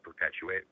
perpetuate